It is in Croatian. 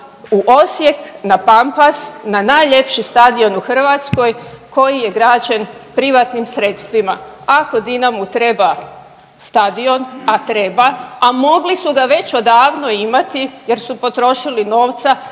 u Osijek na Pampas na najljepši stadion u Hrvatskoj koji je građen privatnim sredstvima. Ako Dinamu treba stadion, a treba, a mogli su ga već odavno imati jer su potrošili novca